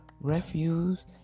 refuse